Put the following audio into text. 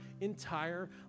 entire